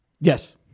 Yes